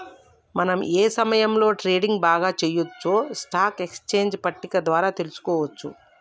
మనం ఏ సమయంలో ట్రేడింగ్ బాగా చెయ్యొచ్చో స్టాక్ ఎక్స్చేంజ్ పట్టిక ద్వారా తెలుసుకోవచ్చు